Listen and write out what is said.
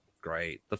great